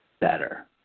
better